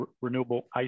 renewable